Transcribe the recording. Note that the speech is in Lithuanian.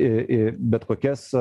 į į bet kokias